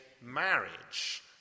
marriage